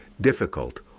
difficult